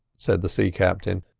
said the sea captain.